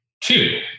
two